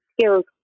skills